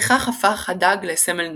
וכך הפך הדג לסמל נוצרי.